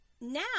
now